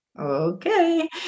okay